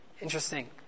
Interesting